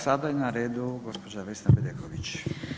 Sada je na redu gđa. Vesna Bedeković.